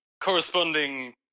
corresponding